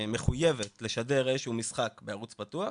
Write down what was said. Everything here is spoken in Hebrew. מחויבת לשדר איזה שהוא משחק בערוץ פתוח,